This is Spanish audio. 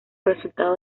resultado